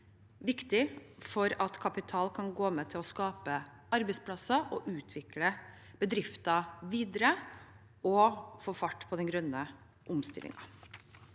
viktig for at kapital kan gå til å skape arbeidsplasser, utvikle bedriftene videre og få fart på den grønne omstillingen.